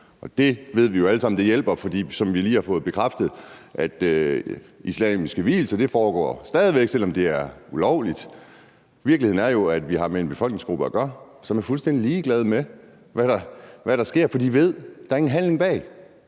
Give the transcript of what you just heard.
det ved vi jo alle sammen hjælper, for som vi lige har fået bekræftet, foregår islamiske vielser stadig væk, selv om det er ulovligt. Virkeligheden er, at vi har med en befolkningsgruppe at gøre, som er fuldstændig ligeglade med, hvad der sker, for de ved, at der er ingen handling bag